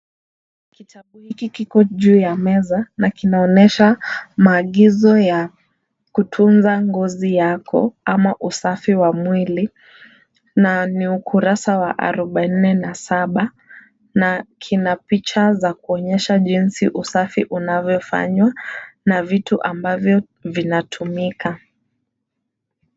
Kitabu hiki kiko juu ya meza na kinaonesha maagizo ya kutunza ngozi yako ama usafi wa mwili na ni ukurasa wa arubaini na saba na kina picha za kuonyesha jinsi usafi unavyofanywa na vitu ambavyo vinatumika.